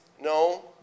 No